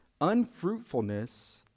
Unfruitfulness